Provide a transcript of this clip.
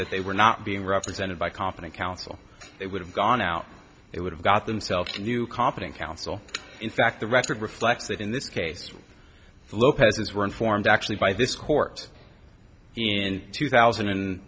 that they were not being represented by competent counsel it would have gone out it would have got themselves a new competent counsel in fact the record reflects that in this case lopez's were informed actually by this court in two thousand and